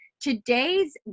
Today's